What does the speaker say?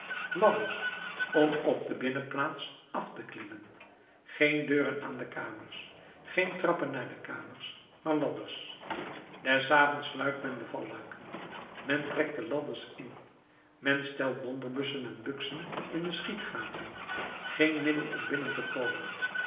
ladders om op de binnenplaats af te klimmen geen deuren aan de kamers geen trappen naar de kamers maar ladders des avonds sluit men de valluiken men trekt de ladders in men stelt donderbussen en buksen in de schietgaten geen middel om binnen te komen